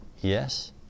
Yes